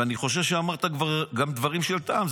ואני חושב שאמרת גם דברים של טעם,